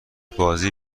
بازی